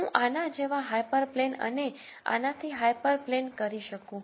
હું આના જેવા હાયપરપ્લેન અને આનાથી હાયપરપ્લેન કરી શકું